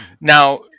Now